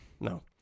No